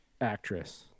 actress